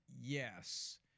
Yes